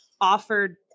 offered